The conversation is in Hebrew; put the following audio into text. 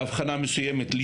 באבחנה מסוימת,